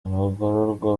abagororwa